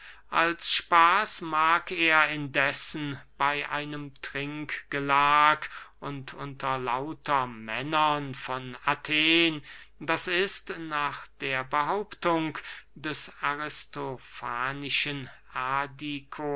als spaß mag er indessen bey einem trinkgelag und unter lauter männern von athen d i nach der behauptung des